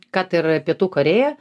kad ir pietų korėją